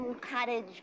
Cottage